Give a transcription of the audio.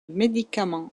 médicaments